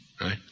Right